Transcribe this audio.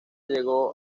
llegó